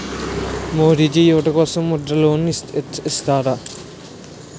మోడీజీ యువత కోసం ముద్ర లోన్ ఇత్తన్నారు